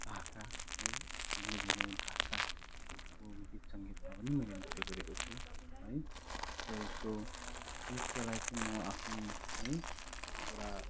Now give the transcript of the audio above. भाका है भिन्न भिन्नै भाषाको गीत सङ्गीतमा पनि मैले नृत्य गरेको छु है सो उसो नृत्यलाई चाहिँ म आफ्नो है एउटा